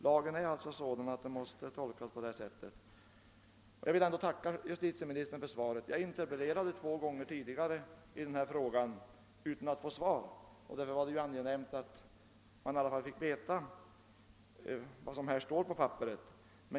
Lagen är alltså sådan att den måste tolkas på detta sätt. Jag vill trots allt tacka justitieministern för svaret på min fråga. Jag har tidigare två gånger interpellerat i samma ärende utan att få svar. Det var därför angenämt att åtminstone få de besked som nu lämnats.